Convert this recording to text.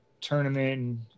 tournament